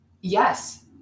Yes